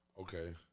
Okay